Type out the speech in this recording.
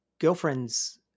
girlfriend's